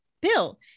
Bill